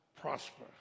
prosper